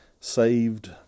saved